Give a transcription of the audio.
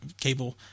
cable